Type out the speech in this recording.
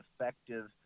effective